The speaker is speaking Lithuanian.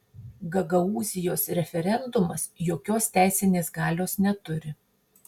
gagaūzijos referendumas jokios teisinės galios neturi